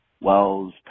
Wells